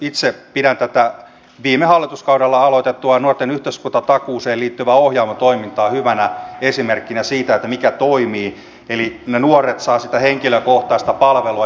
itse pidän tätä viime hallituskaudella aloitettua nuorten yhteiskuntatakuuseen liittyvää ohjaavaa toimintaa hyvänä esimerkkinä siitä mikä toimii eli ne nuoret saavat sitä henkilökohtaista palvelua